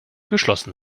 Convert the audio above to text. geschlossen